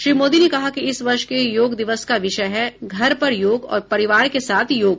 श्री मोदी ने कहा कि इस वर्ष के योग दिवस का विषय है घर पर योग और परिवार के साथ योग